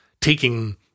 taking